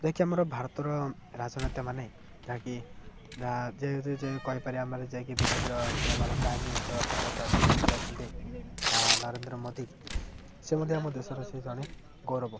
ଯାଇକି ଆମର ଭାରତର ରାଜନେତା ମାନେ ଯାହାକି ଯା ଯେହେତୁ ଯେ କହିପାରେ ଆମେ ଯାଇକି ବିଜେପିର ଯେ ଆମର ପ୍ରାଇମ ମିନିଷ୍ଟର ପ୍ରଧାନମନ୍ତ୍ରୀ ଅଛନ୍ତି ନରେନ୍ଦ୍ର ମୋଦି ସେ ମଧ୍ୟ ଆମ ଦେଶର ସେ ଜଣେ ଗୌରବ